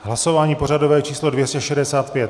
Hlasování pořadové číslo 265.